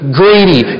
greedy